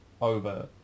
over